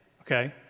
okay